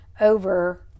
over